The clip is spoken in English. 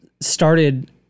started